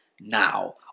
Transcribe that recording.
now